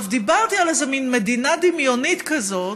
דיברתי על איזה מין מדינה דמיונית כזאת